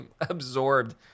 absorbed